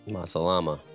Masalama